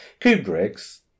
Kubrick's